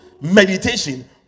meditation